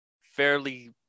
fairly